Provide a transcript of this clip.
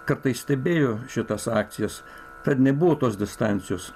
kartais stebėjo šitas akcijas tad nebuvo tos distancijos